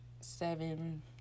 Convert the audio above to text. seven